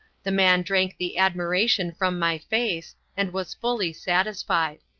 the man drank the admiration from my face, and was fully satisfied.